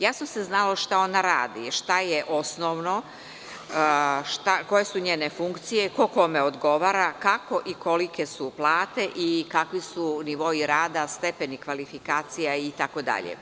Jasno se znalo šta ona radi, šta je osnovno, koje su njene funkcije, ko kome odgovara, kako i kolike su plate i kakvi su nivoi rada, stepeni kvalifikacija itd.